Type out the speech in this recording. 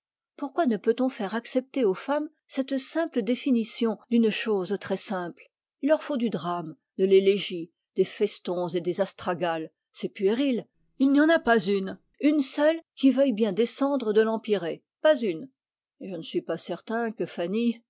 pourquoi ne peut-on faire accepter aux femmes cette simple définition d'une chose très simple il leur faut du drame de l'élégie des festons et des astragales c'est puéril il n'y en a pas une une seule qui veuille bien descendre de l'empyrée pas une et je ne suis pas certain que fanny